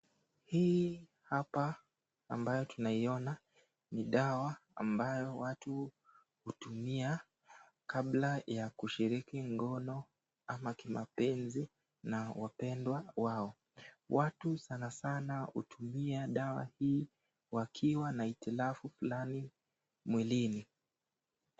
Hii hapa ambayo tunaiona ni dawa ambayo watu utumia kabla ya kushiriki ngono ama kimapenzi na wapendwa wao. Watu sana sana utumia dawa hii wakiwa na itilafu Fulani mwilini.